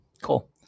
cool